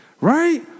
right